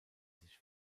sich